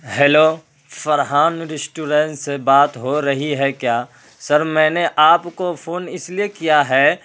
hello Farhan restaurant سے بات ہو رہی ہے کیا سر میں نے آپ کو فون اس لیے کیا ہے